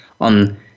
on